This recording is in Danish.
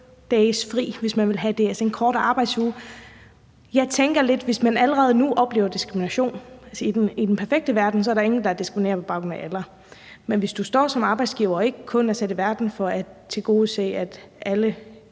dages fri, hvis man vil have det, altså en kortere arbejdsuge. Jeg tænker lidt på, at man allerede nu kan opleve diskrimination. Altså, i den perfekte verden er der ingen, der diskriminerer på baggrund af alder, men hvis man som arbejdsgiver står og ikke kun er sat i verden for at tilgodese, at alle